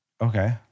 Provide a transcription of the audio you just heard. Okay